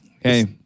Hey